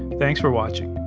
thanks for watching.